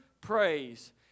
praise